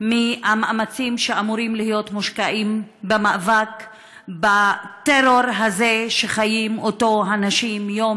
מהמאמצים שאמורים להיות מושקעים במאבק בטרור הזה שהנשים חיות